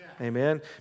amen